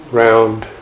round